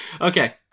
Okay